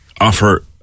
offer